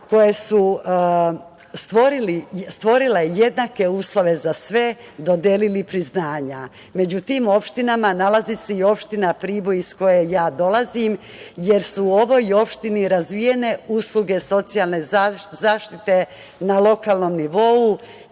koje su stvorile jednake uslove za sve dodelili priznanja. Među tim opštinama nalazi se i opština Priboj iz koje ja dolazim, jer su u ovoj opštini razvijene usluge socijalne zaštite na lokalnom nivou